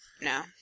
No